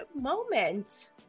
moment